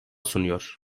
sunuyor